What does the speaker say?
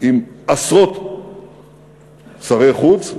עם עשרות שרי חוץ,